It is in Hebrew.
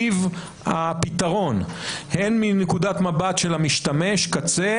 טיב הפתרון הן מנקודת מבט של משתמש הקצה